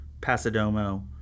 Pasadomo